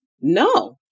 No